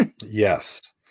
Yes